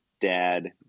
dad